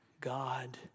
God